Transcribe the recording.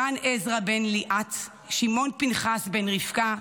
רן עזרא בן ליאת, שמעון פנחס בן רבקה,